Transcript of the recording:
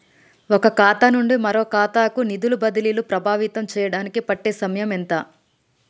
ఒక ఖాతా నుండి మరొక ఖాతా కు నిధులు బదిలీలు ప్రభావితం చేయటానికి పట్టే సమయం ఎంత?